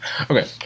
okay